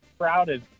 Crowded